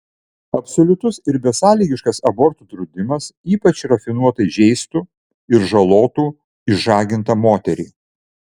absoliutus ir besąlygiškas abortų draudimas ypač rafinuotai žeistų ir žalotų išžagintą moterį